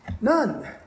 None